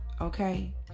okay